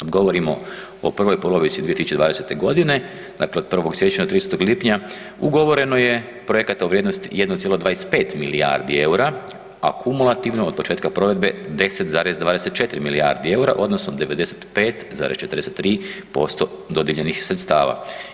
Kad govorimo o prvoj polovici 2020. godine, dakle od 1. siječnja do 30. lipnja ugovoreno je projekata u vrijednosti 1,25 milijardi EUR-a, a kumulativno od početka provedbe 10,24 milijardi EUR-a odnosno 95,43% dodijeljenih sredstava.